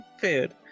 food